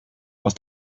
aus